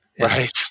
right